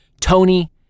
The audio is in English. Tony